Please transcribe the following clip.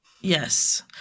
Yes